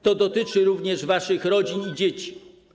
To dotyczy również waszych rodzin i dzieci.